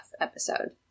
episode